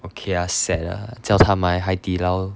okay ah set ah 叫他买海底捞